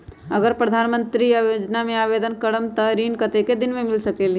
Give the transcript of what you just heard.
अगर प्रधानमंत्री योजना में आवेदन करम त ऋण कतेक दिन मे मिल सकेली?